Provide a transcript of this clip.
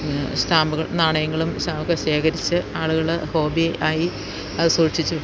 സ്റ്റാമ്പ്കൾ നാണയങ്ങളും ഒക്കെ ശേഖരിച്ച് ആളുകൾ ഹോബി ആയി അത് സൂക്ഷിച്ചു